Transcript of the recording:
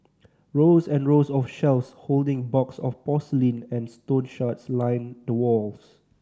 rows and rows of shelves holding box of porcelain and stone shards line the walls